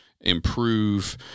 improve